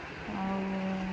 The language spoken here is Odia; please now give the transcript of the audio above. ଆଉ